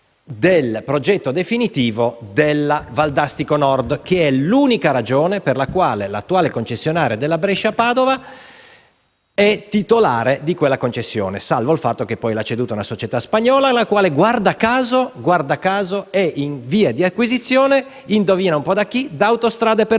del progetto definitivo della Valdastico Nord. Questa è l'unica ragione per la quale l'attuale concessionario dell'autostrada Brescia-Padova è titolare di quella concessione, salvo il fatto che poi l'ha ceduta a una società spagnola, la quale - guarda caso - è in via di acquisizione - indovinate un po'?- da Autostrade per